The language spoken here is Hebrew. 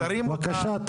בבקשה,